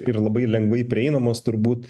yra labai lengvai prieinamos turbūt